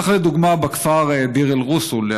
כך לדוגמה בכפר דיר אל-ע'וסון.